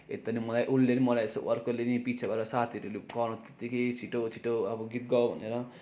यता नि मलाई उसले नि मलाई हेर्छ अर्कोले नि पछिबाट साथीहरूले नि कराउँछ त्यतिकै छिटो छिटो अब गीत गाउ भनेर